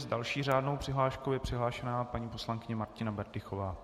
S další řádnou přihláškou je přihlášena paní poslankyně Martina Berdychová.